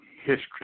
History